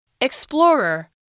Explorer